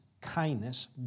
kindness